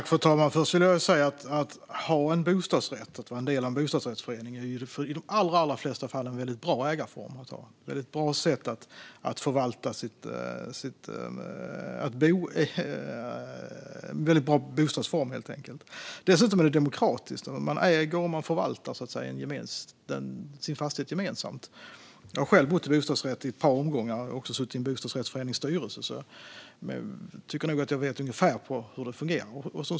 Fru talman! Först vill jag säga att det i de allra flesta fall är en väldigt bra ägarform att ha en bostadsrätt och att vara en del av en bostadsrättsförening. Det är en väldigt bra bostadsform. Dessutom är det demokratiskt; fastigheten ägs och förvaltas gemensamt. Jag har själv bott i bostadsrätt i ett par omgångar och även suttit i en bostadsrättsförenings styrelse, så jag tycker nog att jag vet ungefär hur det fungerar.